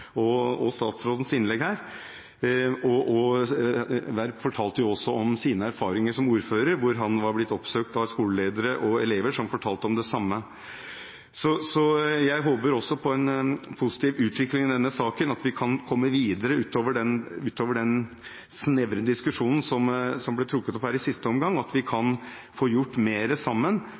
og for statsrådens innlegg. Werp fortale også om sine erfaringer som ordfører, hvor han var blitt oppsøkt av skoleledere og elever som fortalte om det samme. Jeg håper også på en positiv utvikling i denne saken, at vi kan komme videre utover den snevre diskusjonen som ble trukket opp her i siste omgang, at vi kan få gjort mer sammen